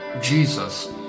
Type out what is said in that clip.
Jesus